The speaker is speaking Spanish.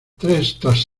tras